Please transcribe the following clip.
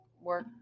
work